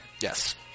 Yes